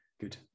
Good